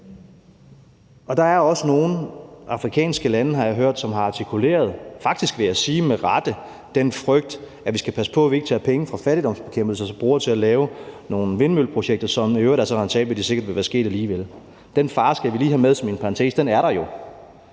Der er også nogle afrikanske lande, har jeg hørt, som har artikuleret en frygt – og jeg vil faktisk sige med rette, for vi skal passe på, at vi ikke tager penge fra fattigdomsbekæmpelse og så bruger dem til at lave nogle vindmølleprojekter, som i øvrigt er så rentable, at de sikkert ville være blevet lavet alligevel. Den fare skal vi lige have med som en parentes; den er der jo.